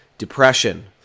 Depression